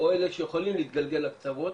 או את אלה שיכולים להתגלגל לקצוות